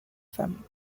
femme